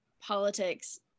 politics